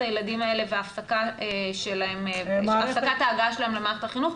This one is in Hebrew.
הילדים האלה והפסקת ההגעה שלהם למערכת החינוך.